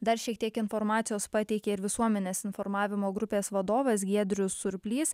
dar šiek tiek informacijos pateikė visuomenės informavimo grupės vadovas giedrius surplys